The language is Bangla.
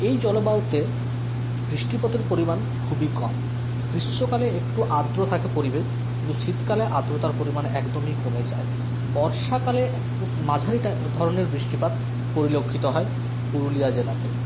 এই জলবায়ুতে বৃষ্টিপাতের পরিমাণ খুবই কম গ্রীষ্মকালে একটু আর্দ্র থাকে পরিবেশ কিন্তু শীতকালে আর্দ্রতার পরিমাণ একদমই কমে যায় বর্ষাকালে মাঝারি ধরনের বৃষ্টিপাত পরিলক্ষিত হয় পুরুলিয়া জেলাতে